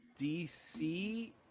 dc